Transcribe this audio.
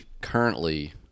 currently